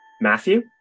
Matthew